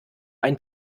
einen